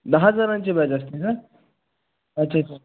दहा जणांची बॅच असते ना अच्छा अच्छा